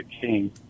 King